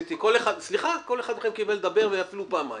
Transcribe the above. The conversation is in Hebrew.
כל אחד מכם קיבל דיבר רשות דיבור, ואפילו פעמיים.